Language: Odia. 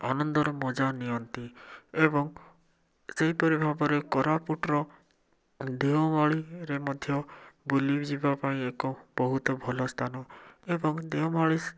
ଆନନ୍ଦର ମଜା ନିଅନ୍ତି ଏବଂ ସେହିପରି ଭାବରେ କୋରାପୁଟର ଦେଓମାଳୀ ରେ ମଧ୍ୟ ବୁଲିଯିବା ପାଇଁ ଏକ ବହୁତ ଭଲ ସ୍ଥାନ ଏବଂ ଦେଓମାଳୀ